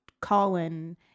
Colin